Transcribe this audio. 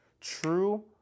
true